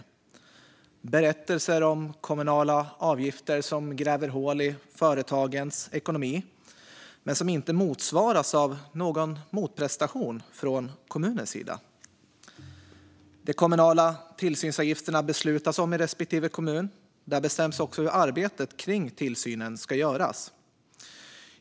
Det är berättelser om kommunala avgifter som gräver hål i företagens ekonomi men som inte motsvaras av någon prestation från kommunens sida. De kommunala tillsynsavgifterna beslutas om i respektive kommun. Där bestäms också hur arbetet kring tillsynen ska göras.